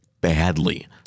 badly